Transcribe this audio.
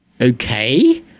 okay